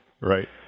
Right